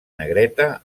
negreta